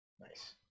Nice